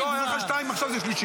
לא, היו לך שתיים, עכשיו זו שלישית.